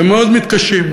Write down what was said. ומאוד מתקשים,